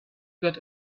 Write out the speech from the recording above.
got